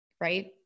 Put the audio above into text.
Right